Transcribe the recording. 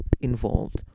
involved